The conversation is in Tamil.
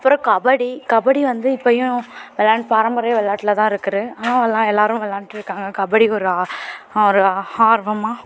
அப்புறம் கபடி கபடி வந்து இப்போயும் விளையாண் பாரம்பரிய வெளையாட்டில் தான் இருக்குது ஆனால் எல்லாம் எல்லோரும் வெளாண்டுட்டு இருக்காங்க கபடி ஒரு ஒரு ஆர்வமாக